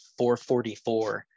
444